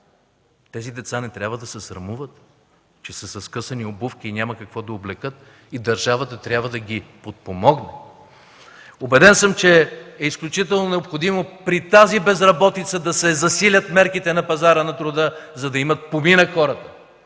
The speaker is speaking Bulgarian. Тези деца не трябва да се срамуват, че са със скъсани обувки и няма какво да облекат и държавата трябва да ги подпомогне. Убеден съм, че е изключително необходимо при тази безработица да се засилят мерките на пазара на труда, за да имат поминък хората.